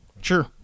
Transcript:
Sure